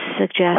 suggest